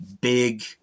big